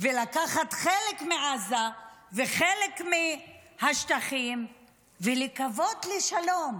לקחת חלק מעזה וחלק מהשטחים ולקוות לשלום.